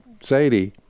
Sadie